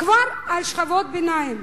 כבר על שכבות הביניים.